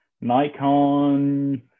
Nikon